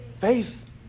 faith